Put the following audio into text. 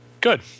Good